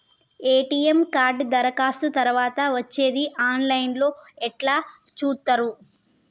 ATM card దరఖాస్తు తరువాత వచ్చేది ఆన్ లైన్ లో ఎట్ల చూత్తరు?